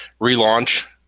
relaunch